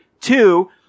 Two